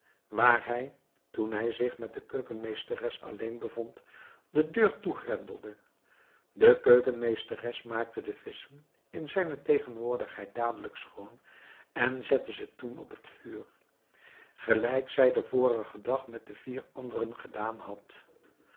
waar hij toen hij zich met de keukenmeesteres alleen bevond de deur toegrendelde de keukenmeesteres maakte de visschen in zijne tegenwoordigheid dadelijk schoon en zette ze toen op het vuur gelijk zij den vorigen dag met de vier anderen gedaan had